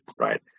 right